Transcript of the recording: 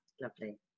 Lovely